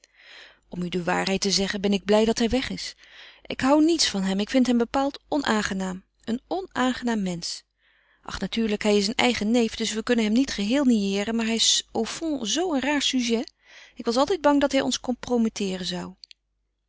om u de waarheid te zeggen ben ik blij dat hij weg is ik hou niets van hem ik vind hem bepaald onaangenaam een onaangenaam mensch ach natuurlijk hij is een eigen neef dus we kunnen hem niet geheel niëeren maar hij is au fond zoo een raar sujet ik was altijd bang dat hij ons